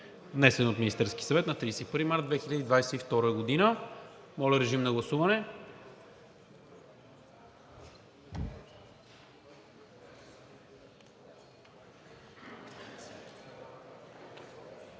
внесен от Министерския съвет на 31 март 2022 г. Моля, режим на гласуване.